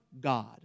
God